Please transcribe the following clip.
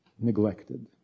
Neglected